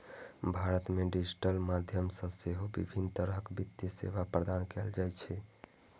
भारत मे डिजिटल माध्यम सं सेहो विभिन्न तरहक वित्तीय सेवा प्रदान कैल जाइ छै